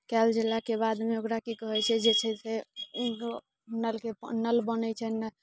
कयल गेलाके बादमे ओकरा की कहै छै जे छै से नलके पा नल बनै छै